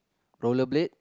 rollerblade